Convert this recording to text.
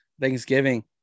Thanksgiving